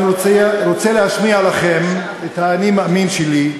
אני רוצה להשמיע לכם את ה"אני מאמין" שלי,